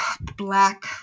black